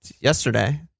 yesterday